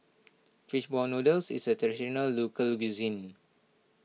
Fish Ball Noodles is a Traditional Local Cuisine